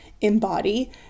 embody